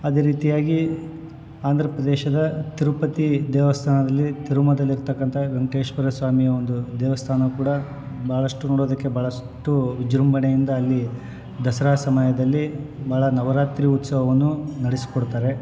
ಅದೇ ರೀತಿಯಾಗಿ ಆಂಧ್ರ ಪ್ರದೇಶದ ತಿರುಪತಿ ದೇವಸ್ಥಾನದಲ್ಲಿ ತಿರುಮಲದಲ್ ಇರ್ತಕ್ಕಂಥ ವೆಂಕಟೇಶ್ವರ ಸ್ವಾಮಿಯ ಒಂದು ದೇವಸ್ಥಾನವು ಕೂಡ ಭಾಳಷ್ಟು ನೋಡೋದಕ್ಕೆ ಭಾಳಷ್ಟು ವಿಜೃಂಭಣೆಯಿಂದ ಅಲ್ಲಿ ದಸರಾ ಸಮಯದಲ್ಲಿ ಭಾಳ ನವರಾತ್ರಿ ಉತ್ಸವವನ್ನು ನಡೆಸ್ಕೊಡ್ತಾರೆ